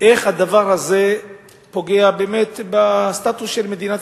איך הדבר הזה פוגע באמת בסטטוס של מדינת